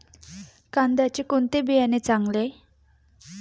कांद्याचे कोणते बियाणे चांगले?